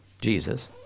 Jesus